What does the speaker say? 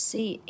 ，See